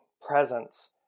presence